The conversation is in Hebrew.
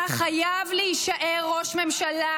מירב --- אתה חייב להישאר ראש ממשלה